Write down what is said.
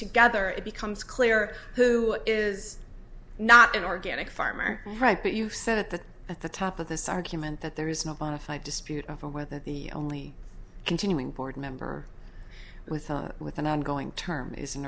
together it becomes clear who is not an organic farmer right but you said at the at the top of this argument that there is no bonafide dispute over whether the only continuing board member with with an ongoing term is an